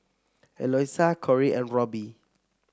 Eloisa Cory and Robby